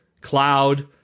Cloud